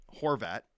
Horvat